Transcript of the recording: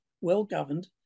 well-governed